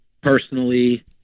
Personally